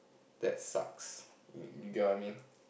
that sucks you get what I mean